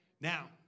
Now